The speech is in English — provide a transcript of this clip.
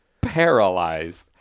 paralyzed